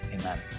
amen